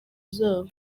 zabo